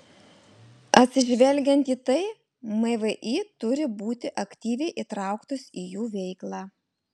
atsižvelgiant į tai mvį turi būti aktyviai įtrauktos į jų veiklą